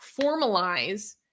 formalize